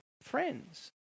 friends